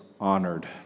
honored